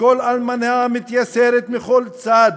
וכל אלמנה מתייסרת מכל צד,